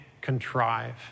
contrive